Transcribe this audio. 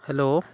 hello